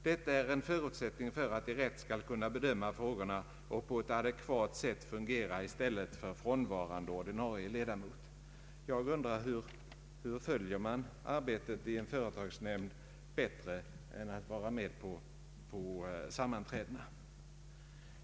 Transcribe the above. Det är en förutsättning för att de rätt skall kunna bedöma frågorna och på ett adekvat sätt fungera i stället för frånvarande ordinarie ledamot.” Hur följer man arbetet i en företagsnämnd bättre än genom att vara med på sammanträdena?